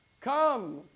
come